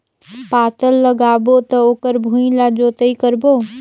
पातल लगाबो त ओकर भुईं ला जोतई करबो?